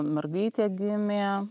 mergaitė gimė